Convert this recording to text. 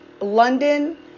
London